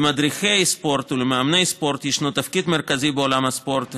למדריכי ספורט ולמאמני ספורט יש תפקיד מרכזי בעולם הספורט,